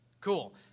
Cool